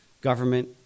government